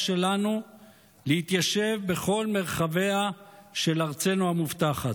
שלנו להתיישב בכל מרחביה של הארץ המובטחת: